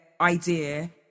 idea